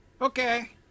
Okay